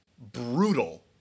brutal